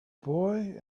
boy